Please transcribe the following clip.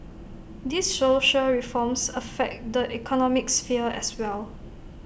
these social reforms affect the economic sphere as well